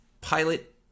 pilot